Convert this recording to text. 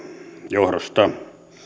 johdosta